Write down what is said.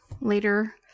later